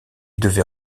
devait